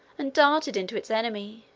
and darted into its enemy,